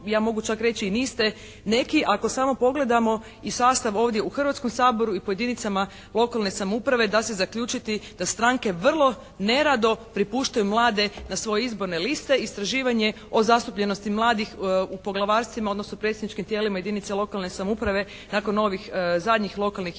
ja mogu čak reći i niste neki, ako samo pogledamo i sastav ovdje u Hrvatskom saboru i po jedinicama lokalne samouprave da se zaključiti da stranke vrlo nerado prepuštaje mlade na svoje izborne liste. Istraživanje o zastupljenosti mladih u poglavarstvima odnosno predsjedničkim tijelima jedinicama lokalne samouprave nakon ovih zadnjih lokalnih izbora